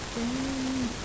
then